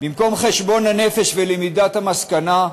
במקום חשבון הנפש ולמידת המסקנה,